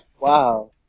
Wow